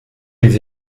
les